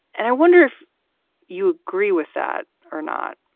and i wonder if you agree with that or not